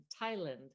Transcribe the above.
Thailand